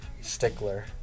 stickler